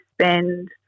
spend